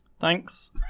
Thanks